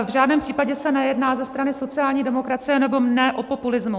V žádném případě se nejedná ze strany sociální demokracie nebo mojí o populismus.